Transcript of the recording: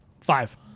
Five